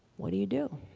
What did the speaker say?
what do you do?